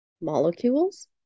molecules